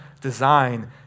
design